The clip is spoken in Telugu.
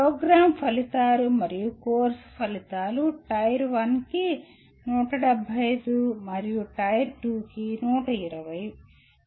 ప్రోగ్రామ్ ఫలితాలు మరియు కోర్సు ఫలితాలు టైర్ 1 కి 175 మరియు టైర్ 2 కి 120